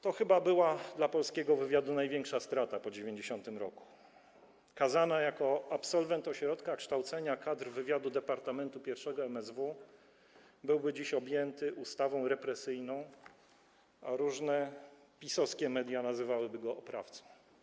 To chyba była dla polskiego wywiadu największa strata po 1990 r. Kazana jako absolwent Ośrodka Kształcenia Kadr Wywiadu Departamentu I MSW byłby dziś objęty ustawą represyjną, a różne PiS-owskie media nazywałyby go oprawcą.